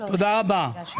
תודה רבה.